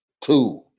Two